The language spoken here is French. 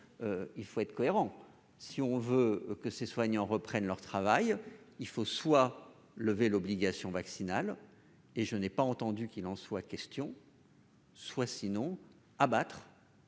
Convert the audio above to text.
il faut être cohérent, si on veut que ces soignants reprennent leur travail, il faut soit levé l'obligation vaccinale et je n'ai pas entendu qu'il en soit, question. Soit, sinon abattre.